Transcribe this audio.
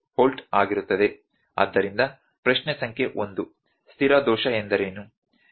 ಆದ್ದರಿಂದ ಪ್ರಶ್ನೆ ಸಂಖ್ಯೆ 1 ಸ್ಥಿರ ದೋಷ ಎಂದರೇನು